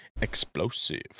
Explosive